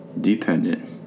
dependent